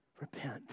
repent